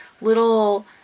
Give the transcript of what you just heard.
little